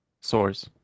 source